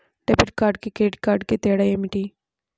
Debit కార్డుకి credit కార్డుకి తేడా?